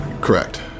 Correct